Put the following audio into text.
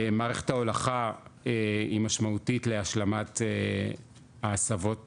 מערכת ההולכה היא משמעותית להשלמת ההסבות